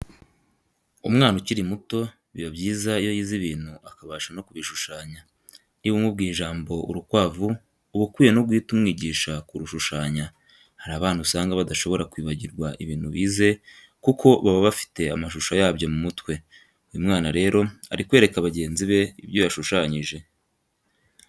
Umwana ukiri muto biba byiza iyo yize ibintu akabasha no kubishushanya, niba umubwiye ijambo urukwavu, uba ukwiye no guhita umwigisha kurushushanya. Hari abana usanga badashobora kwibagirwa ibintu bize kuko baba bafite amashusho yabyo mu mutwe. Uyu mwana rero ari kwereka bagenzi be ibyo yashushanyije.